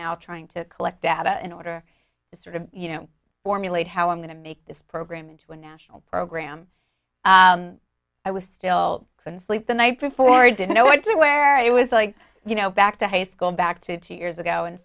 now trying to collect data in order to sort of you know formulate how i'm going to make this program into a national program i was still couldn't sleep the night before didn't know what to wear it was like you know back to high school back to two years ago and